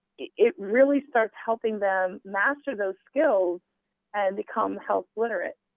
it really starts helping them master those skills and become health literate.